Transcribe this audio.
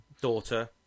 Daughter